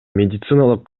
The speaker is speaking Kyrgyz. медициналык